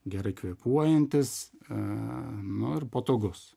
gerai kvėpuojantis a nu ir patogus